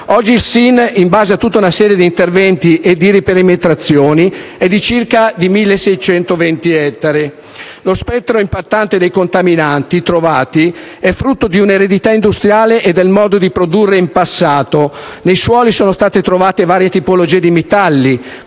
oggi il SIN, in base a tutta una serie di interventi e di riperimetrazioni, è di circa 1.620 ettari. Lo spettro impattante dei contaminanti trovati è frutto di un'eredità industriale e del modo di produrre in passato: nei suoli sono state trovate varie tipologie di metalli,